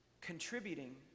Contributing